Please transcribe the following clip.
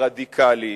הרדיקלי,